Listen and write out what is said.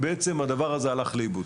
בעצם הדבר הזה הלך לאיבוד.